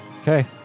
Okay